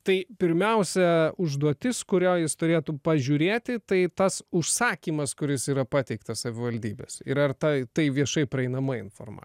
tai pirmiausia užduotis kurią jis turėtų pažiūrėti tai tas užsakymas kuris yra pateiktas savivaldybės ir ar tai tai viešai prieinama